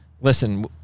listen